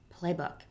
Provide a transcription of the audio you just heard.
Playbook